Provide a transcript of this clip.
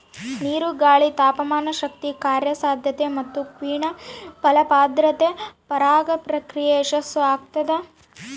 ನೀರು ಗಾಳಿ ತಾಪಮಾನಶಕ್ತಿ ಕಾರ್ಯಸಾಧ್ಯತೆ ಮತ್ತುಕಿಣ್ವ ಫಲಪ್ರದಾದ್ರೆ ಪರಾಗ ಪ್ರಕ್ರಿಯೆ ಯಶಸ್ಸುಆಗ್ತದ